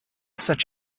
such